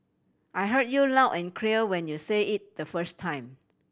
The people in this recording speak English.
I heard you loud and clear when you said it the first time